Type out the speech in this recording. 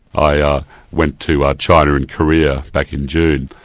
i ah went to ah china and korea back in june.